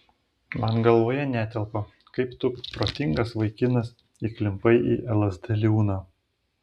man galvoje netelpa kaip tu protingas vaikinas įklimpai į lsd liūną